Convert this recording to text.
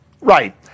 Right